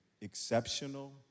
exceptional